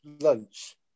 lunch